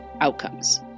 outcomes